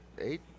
eight